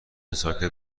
ساکت